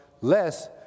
less